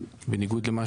בניגוד למה